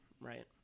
right